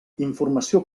informació